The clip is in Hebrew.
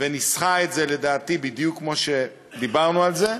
וניסחה את זה לדעתי בדיוק כמו שדיברנו על זה,